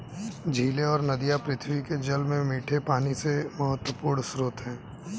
झीलें और नदियाँ पृथ्वी के जल में मीठे पानी के महत्वपूर्ण स्रोत हैं